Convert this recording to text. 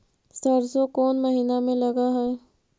सरसों कोन महिना में लग है?